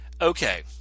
okay